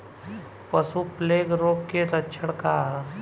पशु प्लेग रोग के लक्षण का ह?